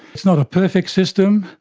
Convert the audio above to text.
it's not a perfect system,